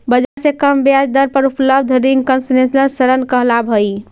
बाजार से कम ब्याज दर पर उपलब्ध रिंग कंसेशनल ऋण कहलावऽ हइ